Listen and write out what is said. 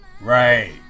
Right